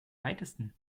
weitesten